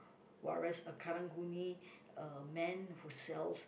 whereas a Karang-Guni uh man who sells